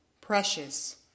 Precious